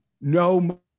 No